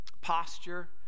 posture